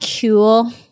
cool